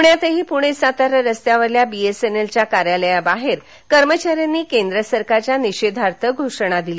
पुण्यातही पुणे सातारा रस्त्यावरील बीएसएनएलच्या कार्यालयाबाहेर कर्मचाऱ्यांनी केंद्र सरकारच्या निषेधार्थ घोषणा दिल्या